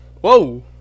whoa